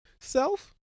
self